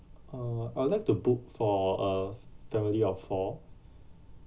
uh I like to book for a family of four